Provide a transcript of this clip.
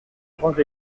grandes